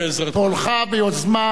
ביוזמה אישית שלך,